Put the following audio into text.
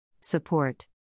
Support